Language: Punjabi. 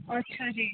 ਅੱਛਾ ਜੀ